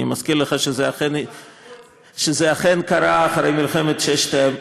אני מזכיר לך שזה אכן קרה אחרי מלחמת ששת הימים.